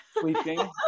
Sleeping